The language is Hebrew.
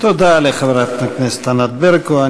תודה לחברת הכנסת ענת ברקו.